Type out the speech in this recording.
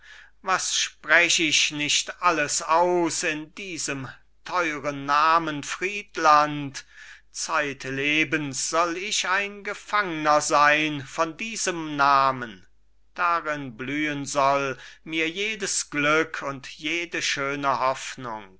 was sprech ich nicht alles aus in diesem teuren namen friedland zeitlebens soll ich ein gefangner sein von diesem namen darin blühen soll mir jedes glück und jede schöne hoffnung